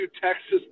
Texas